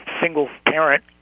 single-parent